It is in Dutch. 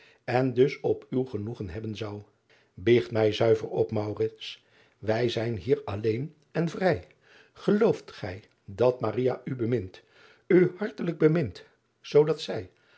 en dus op uw genoegen hebben zou iecht mij zuiver op wij zijn hier alleen en vrij gelooft gij dat u bemint u hartelijk bemint zoo dat zij